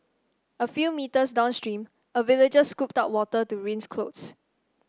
a few metres downstream a villager scooped up water to rinse clothes